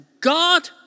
God